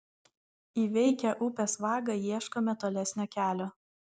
įveikę upės vagą ieškome tolesnio kelio